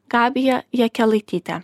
gabija jakelaityte